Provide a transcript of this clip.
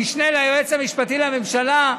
המשנה ליועץ המשפטי לממשלה.